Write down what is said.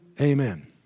Amen